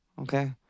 Okay